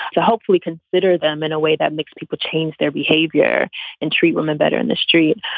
to hopefully consider them in a way that makes people change their behavior and treat women better in the street.